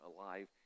alive